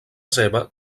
seva